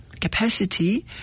capacity